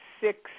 six